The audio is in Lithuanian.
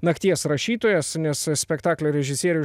nakties rašytojas nes spektaklio režisieriui